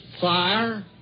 fire